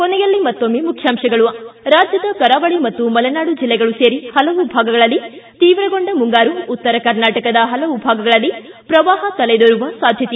ಕೊನೆಯಲ್ಲಿ ಮತ್ತೊಮ್ಮೆ ಮುಖ್ಯಾಂಶಗಳು ಿ ರಾಜ್ಯದ ಕರಾವಳಿ ಮತ್ತು ಮಲೆನಾಡು ಜಿಲ್ಲೆಗಳು ಸೇರಿ ಪಲವು ಭಾಗಗಳಲ್ಲಿ ತೀವ್ರಗೊಂಡು ಮುಂಗಾರು ಉತ್ತರ ಕರ್ನಾಟಕದ ಹಲವು ಭಾಗಗಳಲ್ಲಿ ಪ್ರವಾಹ ತಲೆದೋರುವ ಸಾಧ್ಯತೆ